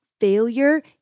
failure